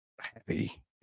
happy